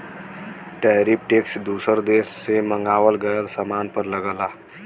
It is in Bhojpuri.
टैरिफ टैक्स दूसर देश से मंगावल गयल सामान पर लगला